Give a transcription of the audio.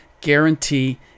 guarantee